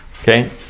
Okay